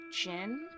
gin